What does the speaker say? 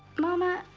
mama,